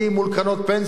מול קרנות פנסיה,